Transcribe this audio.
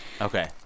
Okay